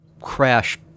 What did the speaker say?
crash